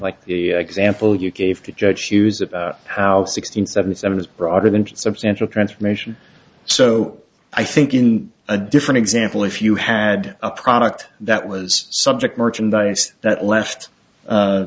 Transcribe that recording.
like the example you gave to judge hughes about how six hundred seventy seven is broader than substantial transformation so i think in a different example if you had a product that was subject merchandise that left